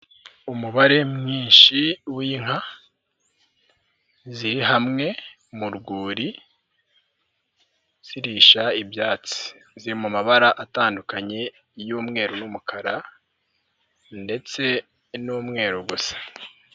Umubare mwinshi w'inka ziri hamwe mu rwuri zirisha ibyatsi, ziri mu mabara atandukanye y'umweru n'umukara ndetse n'umweru gusa.